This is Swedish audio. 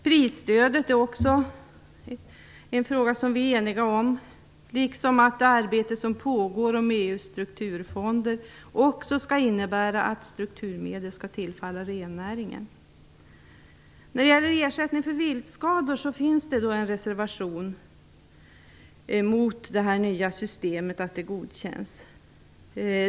Prisstödet är också en fråga som vi är eniga om, liksom att det arbete som pågår med EU:s strukturfonder också skall innebära att strukturmedel tillfaller rennäringen. När det gäller ersättning för viltskador finns det en reservation mot att det nya systemet godkänns.